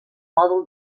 mòdul